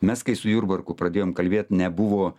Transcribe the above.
mes kai su jurbarku pradėjom kalbėt nebuvo